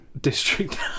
District